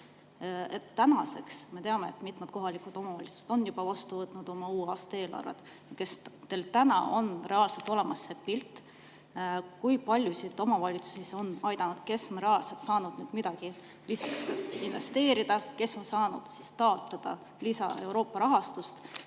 Tänaseks me teame, et mitmed kohalikud omavalitsused on juba vastu võtnud oma uue aasta eelarve. Kas teil on täna reaalselt olemas see pilt, kui paljusid omavalitsusi see on aidanud? Kes on reaalselt saanud midagi lisaks investeerida, kes on saanud taotleda Euroopast lisarahastust?